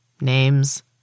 Names